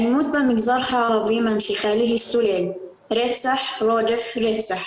האלימות במגזר הערבי ממשיכה להשתולל, רצח רודף רצח